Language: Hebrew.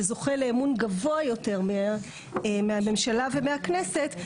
שזוכה לאמון גבוה יותר מהממשלה ומהכנסת,